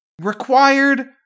required